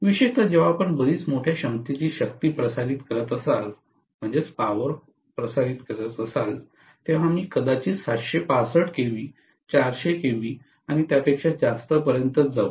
विशेषतः जेव्हा आपण बरीच मोठ्या क्षमतेची शक्ती प्रसारित करत असाल तेव्हा आम्ही कदाचित 765 केव्ही 400 केव्ही आणि त्यापेक्षा जास्तपर्यंत जाऊ